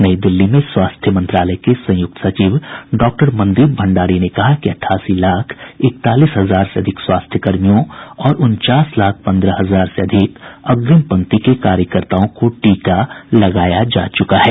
नई दिल्ली में स्वास्थ्य मंत्रालय के संयुक्त सचिव डॉक्टर मनदीप भंडारी ने कहा कि अठासी लाख इकतालीस हजार से अधिक स्वास्थ्यकर्मियों और उनचास लाख पन्द्रह हजार से अधिक अग्रिम पंक्ति के कार्यकर्ताओं को टीका लगाया जा चुका है